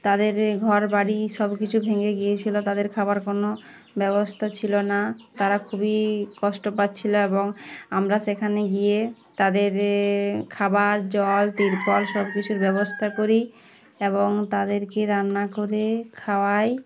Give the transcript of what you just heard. তাদের ঘর বাড়ি সব কিছু ভেঙে গিয়েছিলো তাদের খাবার কোনো ব্যবস্থা ছিলো না তারা খুবই কষ্ট পাচ্ছিলো এবং আমরা সেখানে গিয়ে তাদের খাবার জল তিরপল সব কিছুর ব্যবস্থা করি এবং তাদেরকে রান্না করে খাওয়াই